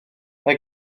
mae